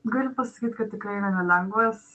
galiu pasakyt kad tikrai yra nelengvas